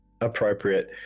appropriate